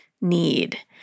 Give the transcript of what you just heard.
need